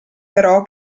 però